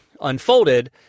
unfolded